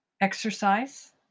exercise